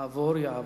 עבור יעבור.